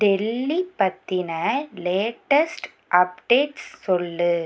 டெல்லி பற்றின latest updates சொல்